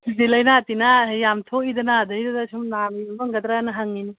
ꯍꯧꯖꯤꯛꯇꯤ ꯂꯥꯏꯅꯥ ꯇꯤꯟꯅꯥ ꯌꯥꯝ ꯊꯣꯛꯏꯗꯅ ꯑꯗꯩꯗꯨꯗ ꯁꯨꯝ ꯅꯥ ꯍꯪꯏꯅꯤ